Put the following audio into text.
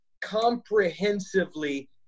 comprehensively